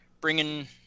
bringing